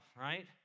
right